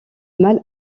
mal